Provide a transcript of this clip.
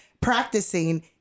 practicing